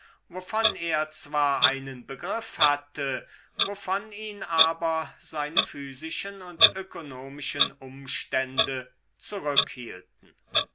wovon er zwar einen begriff hatte wovon ihn aber seine physischen und ökonomischen umstände